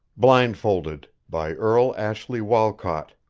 blindfolded by earle ashley walcott